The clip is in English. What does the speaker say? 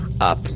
up